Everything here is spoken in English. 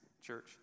church